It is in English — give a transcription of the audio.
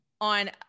on